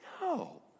No